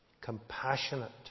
compassionate